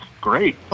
great